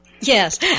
yes